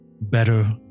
better